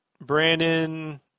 Brandon